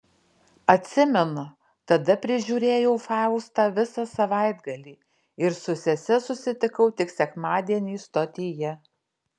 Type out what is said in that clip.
atsimenu tada prižiūrėjau faustą visą savaitgalį ir su sese susitikau tik sekmadienį stotyje